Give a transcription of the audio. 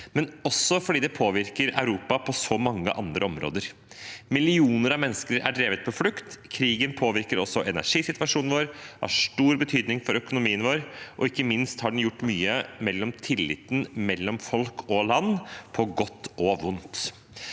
men også fordi det påvirker Europa på så mange andre områder. Millioner av mennesker er drevet på flukt, krigen påvirker også energisituasjonen vår, den har stor betydning for økonomien vår, og ikke minst har den gjort mye for tilliten mellom folk og land, på godt og vondt.